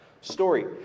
story